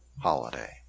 holiday